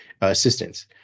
assistance